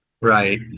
Right